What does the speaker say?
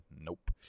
Nope